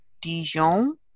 Dijon